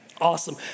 Awesome